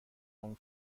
اون